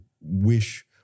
wish